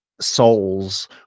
souls